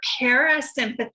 parasympathetic